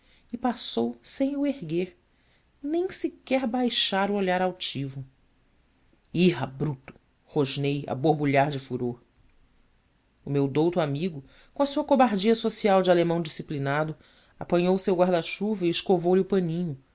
e passou sem o erguer nem sequer baixar o olho altivo irra bruto rosnei a borbulhar de furor o meu douto amigo com a sua cobardia social de alemão disciplinado apanhou o seu guardachuva e escovou lhe o paninho